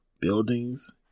buildings